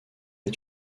est